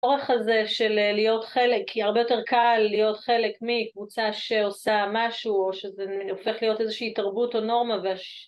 הצורך הזה של להיות חלק, כי הרבה יותר קל להיות חלק מקבוצה שעושה משהו או שזה הופך להיות איזושהי תרבות או נורמה והש...